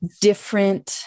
different